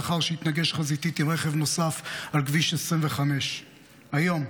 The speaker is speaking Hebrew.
לאחר שהתנגש חזיתית עם רכב נוסף על כביש 25. היום,